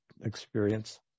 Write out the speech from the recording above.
experience